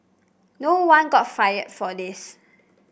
no one got fired for this